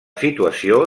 situació